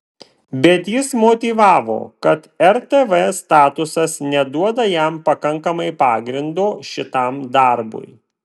bet jis motyvavo kad rtv statutas neduoda jam pakankamai pagrindo šitam darbui